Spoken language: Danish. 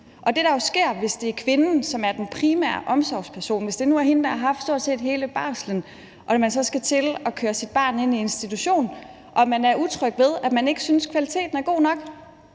Det, der jo sker, hvis det er kvinden, der er den primære omsorgsperson, og hvis det nu er hende, der har haft stort set hele barslen, og man så skal til at køre sit barn ind i institution, og man er utryg ved det, fordi man ikke synes, at kvaliteten er god nok,